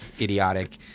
idiotic—